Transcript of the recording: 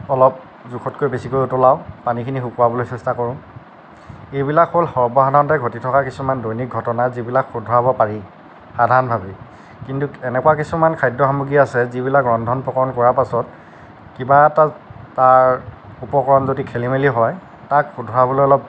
অলপ জোখতকৈ বেছিকৈ উতলাও সেইখিনি শুকুৱাবলৈ চেষ্টা কৰোঁ এইবিলাক হ'ল সৰ্বসাধাৰণতে ঘটি থকা কিছুমান দৈনিক ঘটনা যিবিলাক শুধৰাব পাৰি সাধাৰণভাৱেই কিন্তু এনেকুৱা কিছুমান খাদ্য সামগ্ৰী আছে যিবিলাক ৰন্ধন প্ৰকৰণ কৰাৰ পাছত কিবা এটা তাৰ উপকৰণ যদি খেলি মেলি হয় তাক শুধৰাবলৈ অলপ